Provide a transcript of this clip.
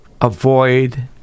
avoid